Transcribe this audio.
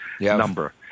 number